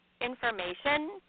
information